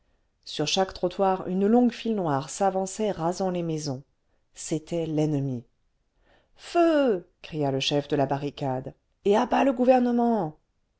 sur chaque trottoir une longue file noire s'avançait rasant les maisons c'était l'ennemi feu cria le chef de la barricade et à bas le gouvernement